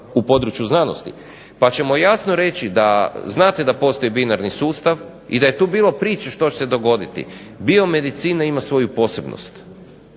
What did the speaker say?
u području znanosti, pa ćemo jasno reći da znate da postoji binarni sustav i da je tu bilo priče što će se dogoditi. Biomedicina ima svoju posebnost